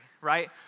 Right